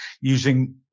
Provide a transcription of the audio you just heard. using